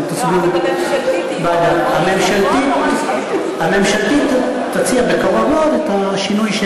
אבל הממשלתית תהיה, או רק, ?